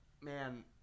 man